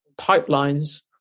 pipelines